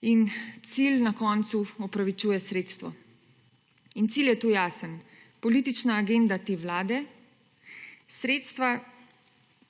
in cilj na koncu opravičuje sredstvo. In cilj je tukaj jasen, politična agenda te vlade.